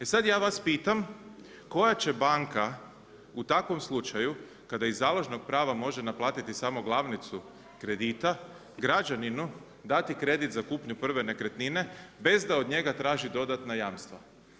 E sad ja vas pitam, koja će banka, u takvom slučaju, kada iz založnog prava može naplatiti samo glavnicu kredita, građaninu dati kredit za kupnju prve nekretnine, bez da od njega traži dodatna jamstava.